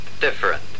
different